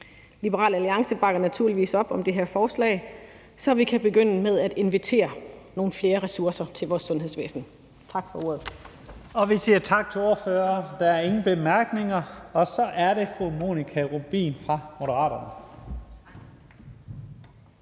Liberal Alliance bakker naturligvis op om det her forslag, så vi kan begynde med at invitere nogle flere ressourcer til vores sundhedsvæsen. Tak for ordet. Kl. 13:22 Første næstformand (Leif Lahn Jensen): Tak til ordføreren. Der er ingen korte bemærkninger. Og så er det fru Monika Rubin fra Moderaterne.